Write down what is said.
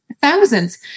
Thousands